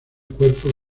cuerpos